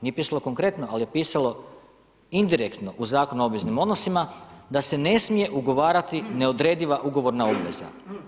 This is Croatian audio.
Nije pisalo konkretno, ali je pisalo indirektno u Zakonu o obveznim odnosima da se ne smije ugovarati neodrediva ugovorna obveza.